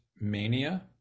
mania